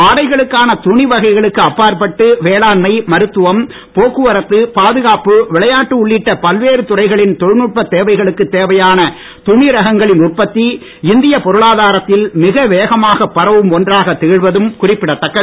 ஆடைகளுக்கான துணி வகைகளுக்கு அப்பாற்பட்டு வேளாண்மை மருத்துவம் போக்குவரத்து பாதுகாப்பு விளையாட்டு உள்ளிட்ட பல்வேறு துறைகளின் தொழல்நுட்பத் தேவைகளுக்குத் தேவையான துணி ரகங்களின் உற்பத்தி இந்தியப் பொருளாதாரத்தில் மிக வேகமாகப் பரவும் ஒன்றாகத் திகழ்வதும் குறிப்பிடத்தக்கது